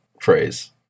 phrase